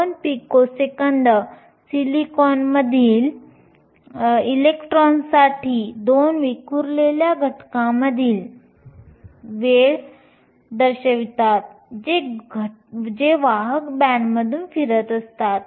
2 picosecond सिलिकॉनमधील इलेक्ट्रॉनसाठी दोन विखुरलेल्या घटनांमधील वेळ दर्शवतात जे वाहक बँडमधून फिरत असतात